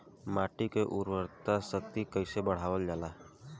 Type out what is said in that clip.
माटी के उर्वता शक्ति कइसे बढ़ावल जाला?